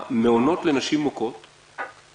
אנחנו